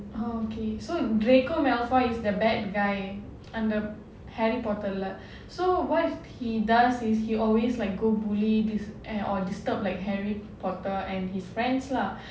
oh okay so draco malfoy is the bad guy in the harry potter lah so what he does is he always like go bully this or disturb harry potter and his friends lah